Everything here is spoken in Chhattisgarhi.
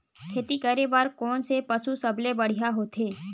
खेती करे बर कोन से पशु सबले बढ़िया होथे?